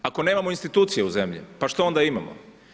Ako nemamo institucije u zemlji pa što onda imamo?